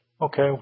Okay